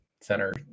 center